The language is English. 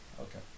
Okay